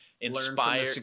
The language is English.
inspire